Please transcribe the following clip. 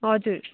हजुर